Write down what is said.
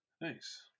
Nice